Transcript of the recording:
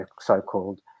so-called